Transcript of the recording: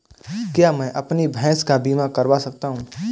क्या मैं अपनी भैंस का बीमा करवा सकता हूँ?